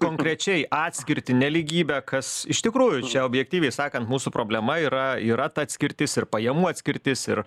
konkrečiai atskirtį nelygybę kas iš tikrųjų čia objektyviai sakant mūsų problema yra yra ta atskirtis ir pajamų atskirtis ir